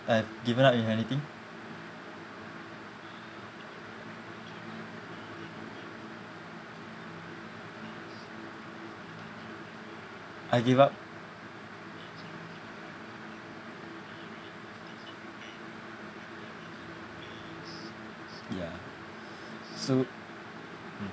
I've given up in anything I gave up ya so mm